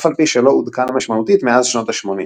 אף על פי שלא עודכן משמעותית מאז שנות ה-80.